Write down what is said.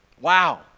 Wow